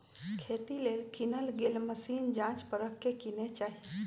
खेती लेल किनल गेल मशीन जाच परख के किने चाहि